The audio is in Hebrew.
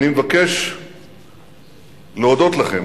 אני מבקש להודות לכם